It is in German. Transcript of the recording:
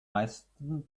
meisten